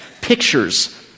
pictures